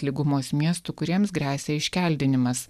lygumos miestų kuriems gresia iškeldinimas